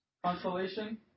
Consolation